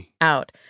out